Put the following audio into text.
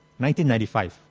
1995